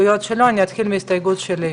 ויש אפשרות לקדם את זה,